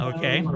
Okay